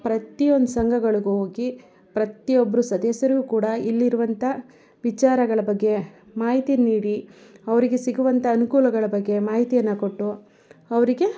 ಪ್ರತಿಯೊಂದು ಸಂಘಗಳ್ಗೂ ಹೋಗಿ ಪ್ರತಿಯೊಬ್ಬರು ಸದಸ್ಯರು ಕೂಡ ಇಲ್ಲಿರುವಂಥ ವಿಚಾರಗಳ ಬಗ್ಗೆ ಮಾಹಿತಿ ನೀಡಿ ಅವರಿಗೆ ಸಿಗುವಂಥ ಅನುಕೂಲಗಳ ಬಗ್ಗೆ ಮಾಹಿತಿಯನ್ನ ಕೊಟ್ಟು ಅವರಿಗೆ